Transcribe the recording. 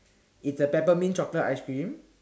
it's a peppermint chocolate ice cream